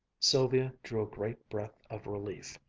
sylvia drew a great breath of relief.